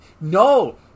No